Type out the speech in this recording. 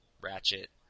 Ratchet